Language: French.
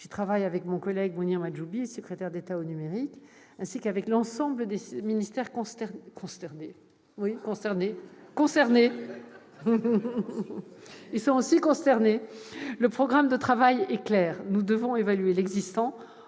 J'y travaille avec mon collègue Mounir Majhoubi, secrétaire d'État chargé du numérique, ainsi qu'avec l'ensemble des ministères concernés. Le programme de travail est clair : nous devons évaluer l'existant,